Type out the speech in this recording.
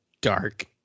dark